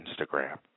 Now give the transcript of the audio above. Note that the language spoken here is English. Instagram